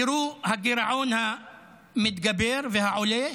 תראו את הגירעון המתגבר והעולה,